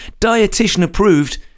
dietitian-approved